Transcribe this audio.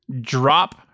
drop